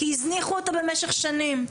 כי הזניחו אותה במשך שנים.